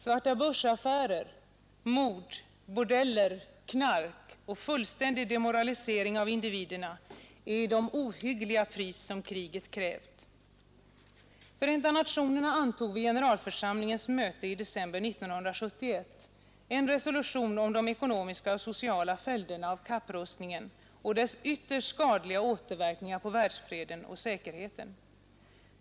Svartabörsaffärer, mord, bordeller, knark och fullständig demoralisering av individerna är ohyggliga pris som kriget krävt. Förenta nationerna antog vid generalförsamlingens möte i december 1971 en resolution om de ekonomiska och sociala följderna av kapprustningen och dess ytterst skadliga återverkningar på världsfreden och säkerheten.